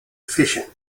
efficient